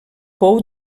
pou